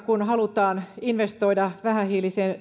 kun halutaan investoida vähähiiliseen